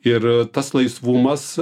ir tas laisvumas